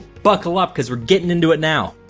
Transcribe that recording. buckle up, cause we're gettin into it now.